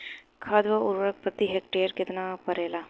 खाद व उर्वरक प्रति हेक्टेयर केतना परेला?